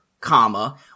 comma